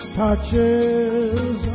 touches